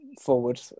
forward